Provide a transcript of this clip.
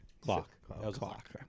clock